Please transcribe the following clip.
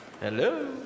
Hello